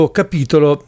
capitolo